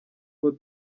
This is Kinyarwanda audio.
nkuko